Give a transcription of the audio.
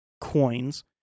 coins